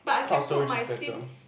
cloud storage is better